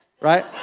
Right